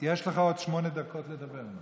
אנחנו הולכים לתפור תיק, מה שעצוב לי, שגם ליברמן,